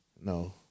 No